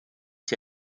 sie